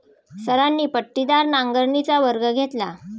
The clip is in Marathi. सरांनी पट्टीदार नांगरणीचा वर्ग घेतला